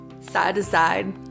side-to-side